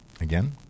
again